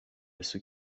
ceux